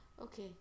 Okay